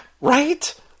right